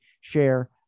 share